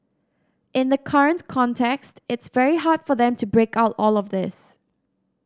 in the current context it's very hard for them to break out all of this